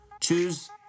Choose